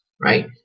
right